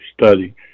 study